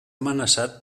amenaçat